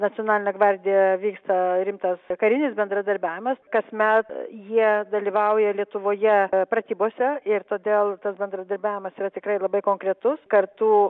nacionalinė gvardija vyksta rimtas karinis bendradarbiavimas kasmet jie dalyvauja lietuvoje pratybose ir todėl tas bendradarbiavimas yra tikrai labai konkretus kartu